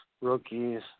rookies